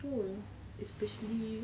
especially